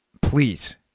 please